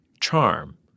charm